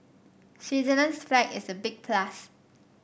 Switzerland's flag is a big plus